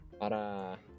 Para